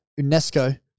Unesco